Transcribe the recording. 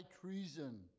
treason